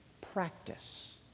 practice